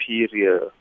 superior